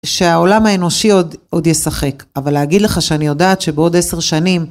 שהעולם האנושי עוד ישחק אבל להגיד לך שאני יודעת שבעוד עשר שנים